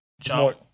John